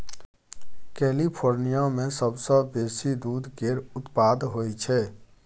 California मे सबसँ बेसी दूध केर उत्पाद होई छै